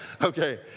Okay